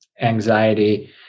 anxiety